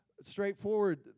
straightforward